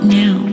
now